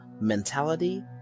mentality